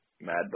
Mad